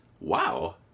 Wow